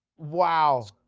wow.